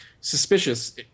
suspicious